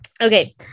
Okay